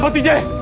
but today.